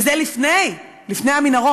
וזה לפני המנהרות.